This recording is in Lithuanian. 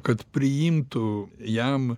kad priimtų jam